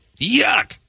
yuck